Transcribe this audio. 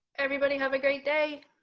everybody have a great day.